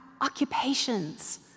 occupations